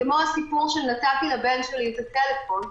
כמו הסיפור שנתתי לבן שלי את הטלפון,